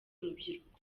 rubyiruko